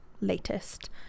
latest